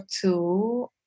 two